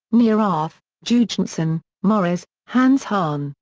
neurath, joergensen, morris hans hahn,